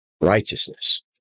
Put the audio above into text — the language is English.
righteousness